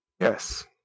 Yes